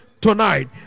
tonight